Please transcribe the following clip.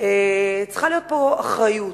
צריכה להיות פה אחריות,